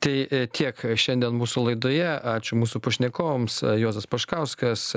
tai kiek šiandien mūsų laidoje ačiū mūsų pašnekovams juozas paškauskas